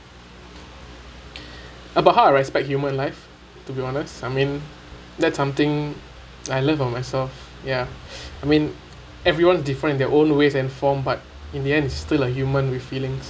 about how I respect human life to be honest I mean that's something I love about myself ya I mean everyone different in their own ways and form but in the end we still a human with feelings